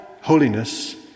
holiness